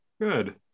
Good